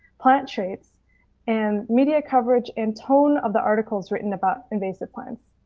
plan shapes and media coverage and tone of the articles written about invasive plants.